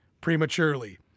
prematurely